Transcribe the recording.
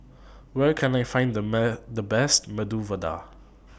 Where Can I Find The The Best Medu Vada